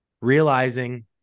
realizing